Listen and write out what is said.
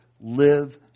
live